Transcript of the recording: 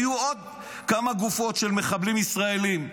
היו עוד כמה גופות של מחבלים ישראלים,